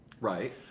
Right